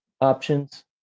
options